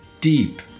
deep